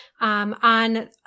on